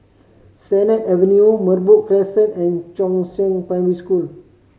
Sennett Avenue Merbok Crescent and Chongzheng Primary School